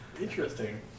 Interesting